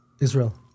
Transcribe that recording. Israel